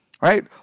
Right